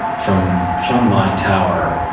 from from my tower,